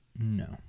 No